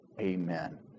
Amen